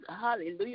hallelujah